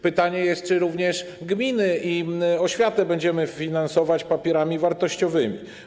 Pytanie jest, czy również gminy i oświatę będziemy finansować papierami wartościowymi.